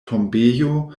tombejo